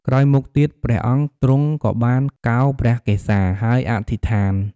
ក្រោយមកទៀត ព្រះអង្គទ្រង់ក៏បានកោរព្រះកេសា ហើយអធិដ្ឋាន។